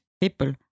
people